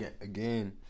again